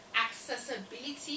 accessibility